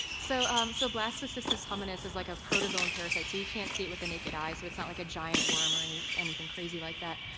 so um so blastocystis hominis is like a protozoan parasite, so you can't see it with the naked eye so it's not like a giant worm or anything crazy like that.